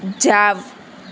જાઓ